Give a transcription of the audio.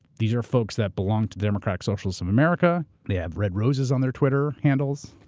these are folks that belong to democratic socialists of america. they have red roses on their twitter handles.